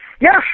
Yes